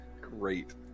Great